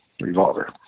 revolver